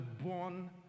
born